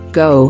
go